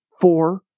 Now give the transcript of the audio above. four